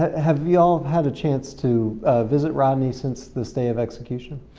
have you all had a chance to visit rodney since the stay of execution?